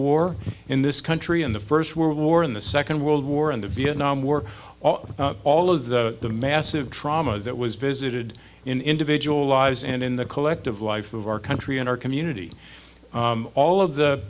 war in this country in the first world war in the second world war and the vietnam war all all of the massive trauma that was visited in individual lives and in the collective life of our country and our community all of the